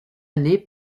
année